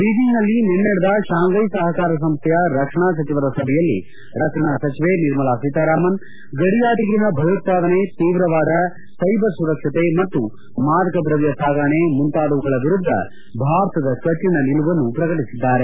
ಬೀಜಿಂಗ್ನಲ್ಲಿ ನಿನ್ನೆ ನಡೆದ ಶಾಂಫೈ ಸಹಕಾರ ಸಂಸ್ಥೆಯ ರಕ್ಷಣಾ ಸಚಿವರ ಸಭೆಯಲ್ಲಿ ರಕ್ಷಣಾ ಸಚಿವೆ ನಿರ್ಮಲಾ ಸೀತಾರಾಮನ್ ಗಡಿಯಾಚೆಗಿನ ಭಯೋತ್ಪಾದನೆ ತೀವ್ರವಾದ ಸೈಬರ್ ಸುರಕ್ಷತೆ ಮತ್ತು ಮಾದಕದ್ರವ್ದ ಸಾಗಣೆ ಮುಂತಾದವುಗಳ ವಿರುದ್ದ ಭಾರತದ ಕಠಿಣ ನಿಲುವನ್ನು ಪ್ರಕಟಿಸಿದ್ದಾರೆ